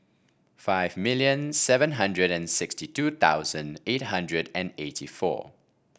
five million seven hundred and sixty two thousand eight hundred and eighty four